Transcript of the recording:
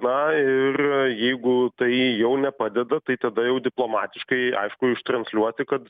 na ir jeigu tai jau nepadeda tai tada jau diplomatiškai aišku ištransliuoti kad